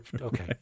Okay